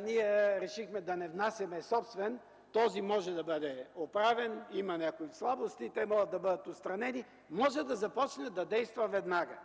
ние решихме да не внасяме собствен. Този може да бъде оправен, има някои слабости и те могат да бъдат отстранени. Може да започне да действа веднага.